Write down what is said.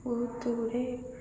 ବହୁତ ଗୁଡ଼େ